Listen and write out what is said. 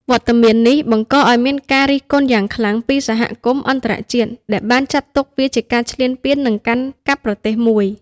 វត្តមាននេះបង្កឱ្យមានការរិះគន់យ៉ាងខ្លាំងពីសហគមន៍អន្តរជាតិ ដែលបានចាត់ទុកវាជាការឈ្លានពាន និងកាន់កាប់ប្រទេសមួយ។